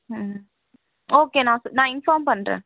ம் ஓகே நான் நான் இன்ஃபார்ம் பண்ணுறேன்